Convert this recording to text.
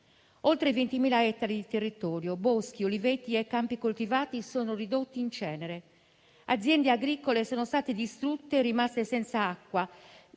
Oltre 20.000 ettari di territorio, boschi, oliveti e campi coltivati sono ridotti in cenere; aziende agricole sono state distrutte e sono rimaste senza acqua